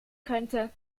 könnte